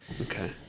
Okay